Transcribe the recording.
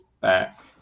back